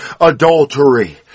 Adultery